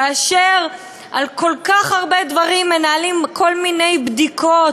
כאשר על כל כך הרבה דברים מנהלים כל מיני בדיקות,